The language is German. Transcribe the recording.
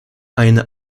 eine